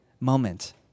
moment